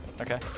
Okay